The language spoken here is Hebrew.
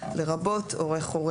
לרבות הורה חורג,